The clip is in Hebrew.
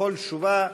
לכל תשובה,